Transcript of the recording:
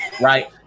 right